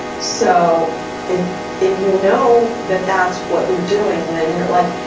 so if if you know that that's what you're doing, then you're like,